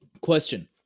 Question